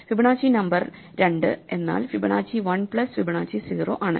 Fibonacci number 2 എന്നാൽ Fibonacci 1 plus Fibonacci 0 ആണ്